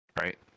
right